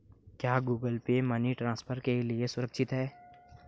क्या Google Pay money transfer के लिए सुरक्षित है?